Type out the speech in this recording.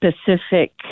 specific